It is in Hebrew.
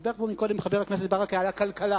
דיבר פה קודם חבר הכנסת ברכה על הכלכלה